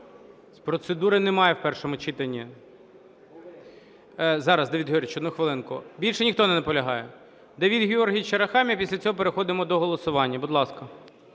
процедури немає в першому читанні. Зараз, Давид Георгійович, одну хвилинку. Більше ніхто не наполягає? Давид Георгійович Арахамія. Після цього переходимо до голосування. Будь ласка.